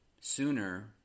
sooner